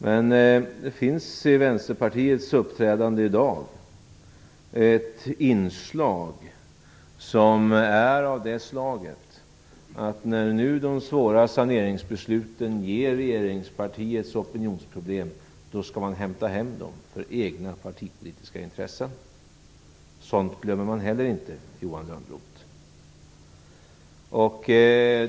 Men det finns i Vänsterpartiets uppträdande i dag ett inslag av att nu när de svåra saneringsbesluten ger regeringspartiet opinionsproblem skall man hämta hem för egna partipolitiska intressen. Sådant glömmer man heller inte, Johan Lönnroth!